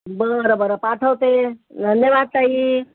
बरं बरं पाठवते धन्यवाद ताई